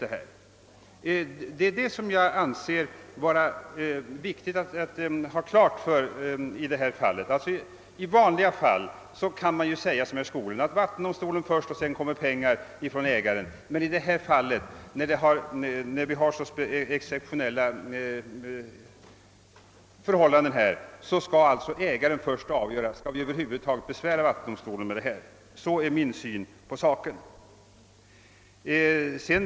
Det är detta som jag anser vara viktigt att vi har klart för oss, nu. I vanliga fall kan man säga som herr Skoglund: Vattendomstolen först och sedan pengar för utbyggnad från ägaren. Men i detta fall, när det råder så exceptionella förhållanden, skall ägaren först avgöra om vi över huvud taget skall besvära vattendomstolen med detta. Sådan är min syn på saken.